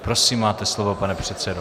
Prosím, máte slovo, pane předsedo.